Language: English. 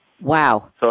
Wow